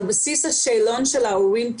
על בסיס השאלון של ההורים,